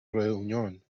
reunión